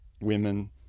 women